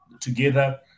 together